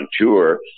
tour